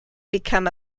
become